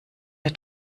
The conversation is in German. der